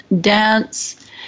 dance